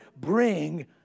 bring